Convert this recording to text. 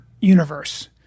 universe